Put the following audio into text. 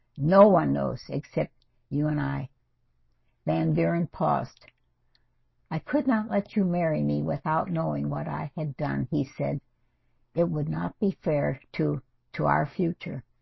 no one knows except you and i then barron paused i could not let you marry me without knowing what i had done. he said it would not be fair to to our future